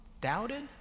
doubted